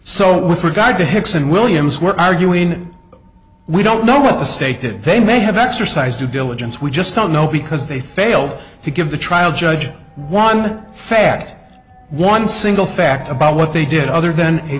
so with regard to hicks and williams we're arguing we don't know what the state did they may have exercised due diligence we just don't know because they failed to give the trial judge one fat one single fact about what they did other than a